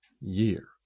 year